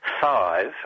five